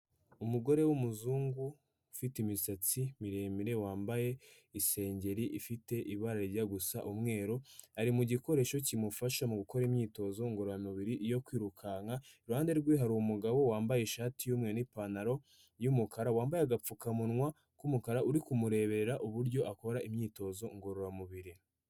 Umugore w'umuzungu ufite imisatsi miremire wambaye ishengeri ifite ibarajya gusa umweru ari mu gikoresho kimufasha mu gukora imyitozo ngororamubiri yo kwirukanka iruhande rwe hariru umugabo wambaye ishati yumweru nipantaro yumukara wambaye agapfukamunwa k'umukara uri kumurebera uburyo akora imyitozo ngororamubiri.